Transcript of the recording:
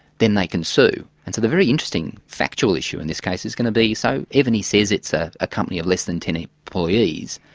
then they can sue. and so the very interesting factual issue in this case is going to be so evony says it's a ah company of less than ten employees,